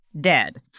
dead